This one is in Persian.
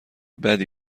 بدی